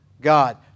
God